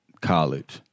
college